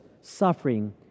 suffering